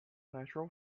natural